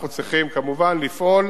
אנחנו צריכים, כמובן, לפעול